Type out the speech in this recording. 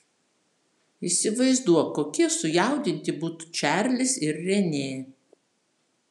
įsivaizduok kokie sujaudinti būtų čarlis ir renė